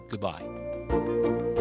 goodbye